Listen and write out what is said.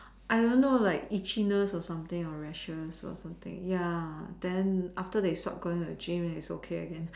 I don't know like itchiness or something or rashes or something ya then after they stop going to the gym it's okay again